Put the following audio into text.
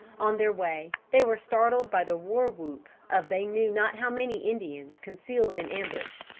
on their way they were startled by the war-whoop of they knew not how many indians concealed in ambush,